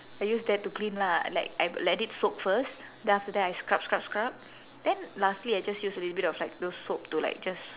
I use that to clean lah like I let it soak first then after that I scrub scrub scrub then lastly I just use a little bit of like those soap to like just